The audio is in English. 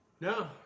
No